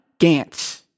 Gantz